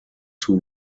two